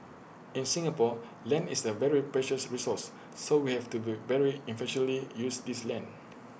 in Singapore land is A very precious resource so we have to be very efficiently use this land